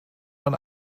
man